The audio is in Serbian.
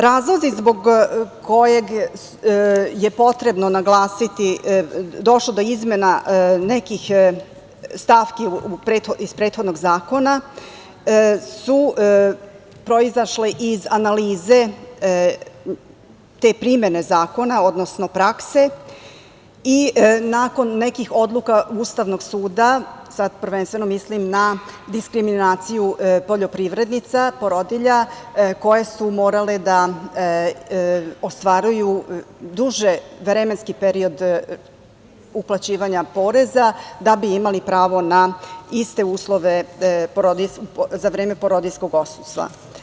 Razlozi zbog kojeg je potrebno naglasiti da je došlo do izmena nekih stavki iz prethodnog zakona su proizašle iz analize te primene zakona, odnosno prakse i nakon nekih odluka Ustavnog suda, sada prvenstveno mislim na diskriminaciju poljoprivrednica, porodilja koje su morale da ostvaruju duži vremenski period uplaćivanja poreza da bi imali pravo na iste uslove za vreme porodiljskog odsustva.